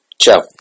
Ciao